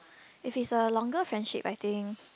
if it's a longer friendship I think